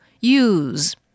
use